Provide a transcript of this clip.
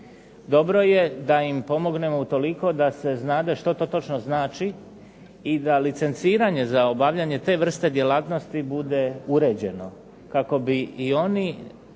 Dobro je da im pomognemo utoliko da se znade što to točno znači i da licenciranje za obavljanje te vrste djelatnosti bude uređeno, kako bi i oni